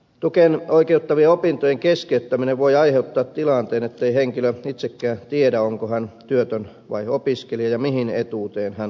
tukeen oikeuttavien opintojen keskeyttäminen voi aiheuttaa tilanteen ettei henkilö itsekään tiedä onko hän työtön vai opiskelija ja mihin etuuteen hän on oikeutettu